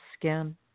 skin